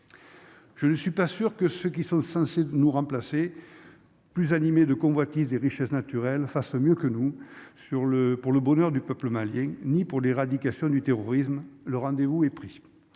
Je ne suis pas sûr que ceux qui sont censés nous remplacer plus animée de convoitise des richesses naturelles face au mieux que nous sur le pour le bonheur du peuple malien, ni pour l'éradication du terrorisme, le rendez-vous est pris